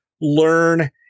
learn